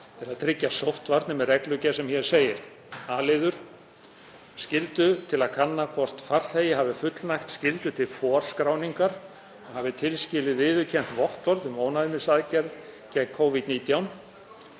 loftfars til að tryggja sóttvarnir með reglugerð, sem hér segir: a. Skyldu til að kanna hvort farþegi hafi fullnægt skyldu til forskráningar og hafi tilskilið viðurkennt vottorð um ónæmisaðgerð gegn Covid-19,